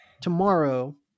tomorrow